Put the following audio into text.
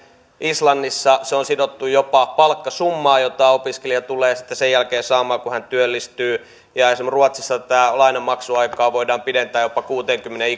islannissa se on sidottu jopa palkkasummaan jota opiskelija tulee saamaan sitten sen jälkeen kun työllistyy ja esimerkiksi ruotsissa tätä lainan maksuaikaa voidaan pidentää jopa kuuteenkymmeneen